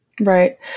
Right